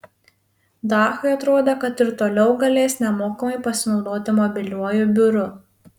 dachui atrodė kad ir toliau galės nemokamai pasinaudoti mobiliuoju biuru